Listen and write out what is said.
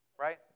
right